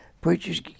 preachers